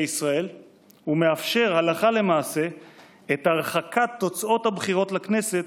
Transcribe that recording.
ישראל ומאפשר הלכה למעשה את הרחקת תוצאות הבחירות לכנסת